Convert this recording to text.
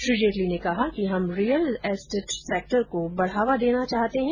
श्री जेटली ने कहा कि हम रियल स्टेट सैक्टर को बढ़ावा देना चाहते है